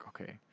okay